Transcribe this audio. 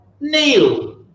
Neil